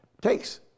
takes